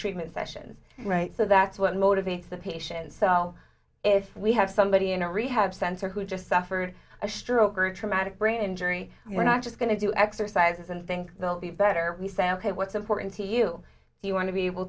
treatment session right so that's what motivates the patients so if we have somebody in a rehab center who just suffered a stroke or a traumatic brain injury we're not just going to do exercises and think they'll be better we say ok what's important to you he want to be able